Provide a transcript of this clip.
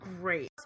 great